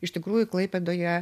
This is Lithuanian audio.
iš tikrųjų klaipėdoje